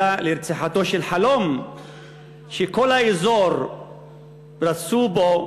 אלא לרציחתו של חלום שכל האזור רצה בו,